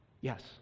Yes